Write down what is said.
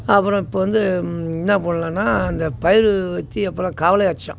அப்புறோம் இப்போ வந்து என்ன பண்ணலாம்னா அந்த பயிர் வச்சி அப்புறம் கவளை அடிச்சோம்